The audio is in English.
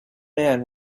man